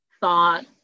thought